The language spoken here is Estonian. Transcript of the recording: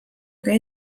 ega